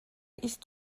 ist